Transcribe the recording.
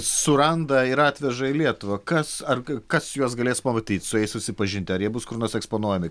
suranda ir atveža į lietuvą kas ar kas juos galės pamatyt su jais susipažinti ar jie bus kur nors eksponuojami